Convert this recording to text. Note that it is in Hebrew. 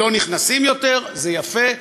לא נכנסים יותר, זה יפה,